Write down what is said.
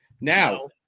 Now